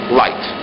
light